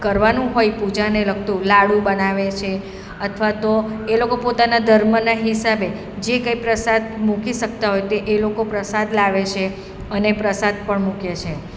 કરવાનું હોય પૂજાને લગતું લાડું બનાવે છે અથવા તો એ લોકો પોતાના ધર્મના હિસાબે જે કંઈ પ્રસાદ મૂકી શકતા હોય તે એ લોકો પ્રસાદ લાવે છે અને પ્રસાદ પણ મૂકે છે